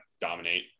dominate